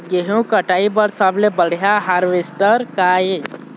गेहूं कटाई बर सबले बढ़िया हारवेस्टर का ये?